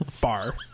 bar